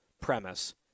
premise